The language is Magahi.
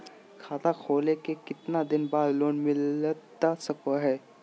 खाता खोले के कितना दिन बाद लोन मिलता सको है?